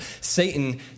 Satan